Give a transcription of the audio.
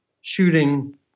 shooting